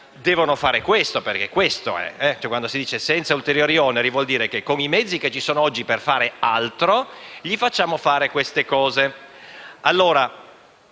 devono fare questo. Quando si dice senza ulteriori oneri vuol dire che, con i mezzi che ci sono oggi per fare altro, gli facciamo fare queste cose.